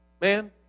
Man